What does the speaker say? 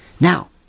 now